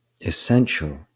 essential